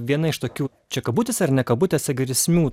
viena iš tokių čia kabutėse ar ne kabutėse grėsmių